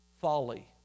folly